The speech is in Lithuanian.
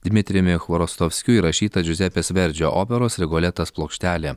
dmitrijumi chvorostovskiu įrašyta džiuzepės verdžio operos rigoletas plokštelė